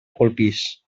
polpís